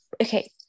Okay